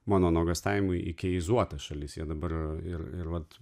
mano nuogąstavimai ikiizuotas šalis jie dabar ir ir vat